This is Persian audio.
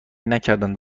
نکردند